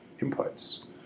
inputs